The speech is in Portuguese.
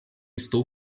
estou